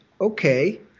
okay